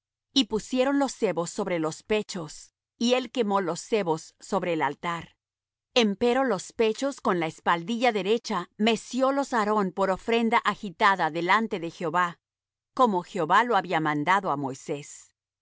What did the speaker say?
y pusieron los sebos sobre los pechos y él quemó los sebos sobre el altar empero los pechos con la espaldilla derecha meciólos aarón por ofrenda agitada delante de jehová como jehová lo había mandado á moisés